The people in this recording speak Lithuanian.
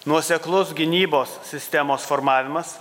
nuoseklus gynybos sistemos formavimas